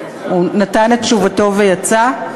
הוא נתן את תשובתו ויצא?